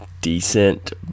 decent